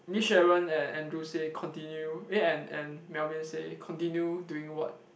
Miss Sharon and Andrew say continue eh and and Melvin say continue doing what